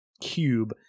cube